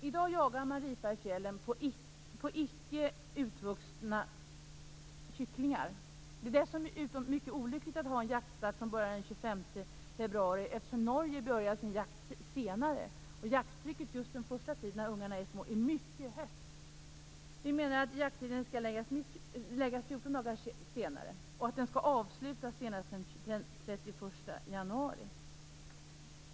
I dag bedrivs jakt på ripa i fjällen på icke utvuxna kycklingar. Det är dessutom mycket olyckligt att ha jaktstart den 25 augusti, eftersom Norge börjar sin jakt senare och jakttrycket just den första tiden, när ungarna är små, är mycket högt. Vi menar att jakttiden skall läggas 14 dagar senare och att den skall avslutas senast den 31 januari.